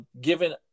Given